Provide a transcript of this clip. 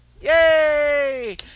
Yay